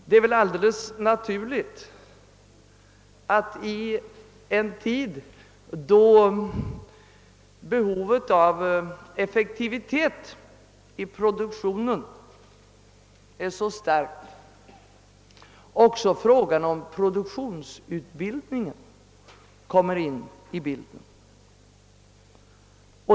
Det är väl alldeles naturligt att i en tid då behovet av effektivitet i produktionen är så starkt också frågan om produktionsutbildningen kommer in i bilden.